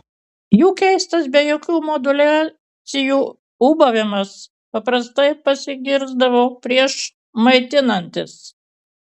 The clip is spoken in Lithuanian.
jų keistas be jokių moduliacijų ūbavimas paprastai pasigirsdavo prieš maitinantis